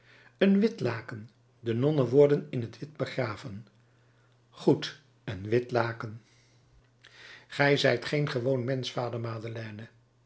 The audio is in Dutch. een wit laken de nonnen worden in t wit begraven goed een wit laken ge zijt geen gewoon mensch vader madeleine